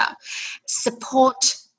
Support